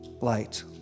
light